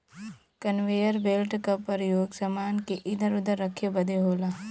conveyor belt क परयोग समान के इधर उधर रखे बदे होला